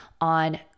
on